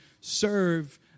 serve